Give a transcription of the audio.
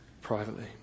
privately